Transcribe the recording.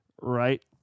right